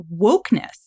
wokeness